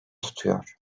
tutuyor